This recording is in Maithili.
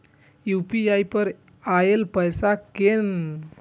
यू.पी.आई पर आएल पैसा कै कैन?